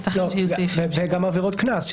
גם עבירות קנס.